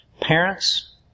Parents